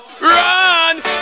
Run